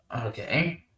Okay